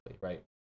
right